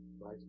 Right